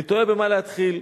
אני תוהה במה להתחיל.